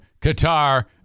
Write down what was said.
Qatar